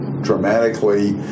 dramatically